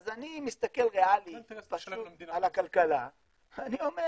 אז אני מסתכל ריאלי פשוט על הכלכלה ואני אומר